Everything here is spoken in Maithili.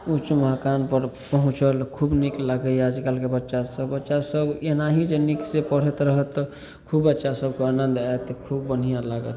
उँच मोकामपर पहुँचल खूब नीक लागैए आजकलके बच्चासभ बच्चासभ एनाहि जे नीकसे पढ़ैत रहत तऽ खूब अच्छा सभके आनन्द आएत खूब बढ़िआँ लागत